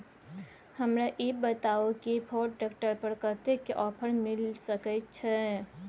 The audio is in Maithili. हमरा ई बताउ कि फोर्ड ट्रैक्टर पर कतेक के ऑफर मिलय सके छै?